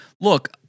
Look